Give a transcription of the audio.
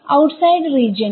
outside region